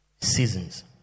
Seasons